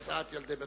הסעת ילדי בתי-ספר,